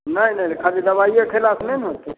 नहि नहि नहि खाली दवाइये खेला सँ नहि ने होतै